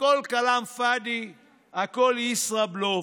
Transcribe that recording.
הכול כלאם פאדי, הכול ישראבלוף.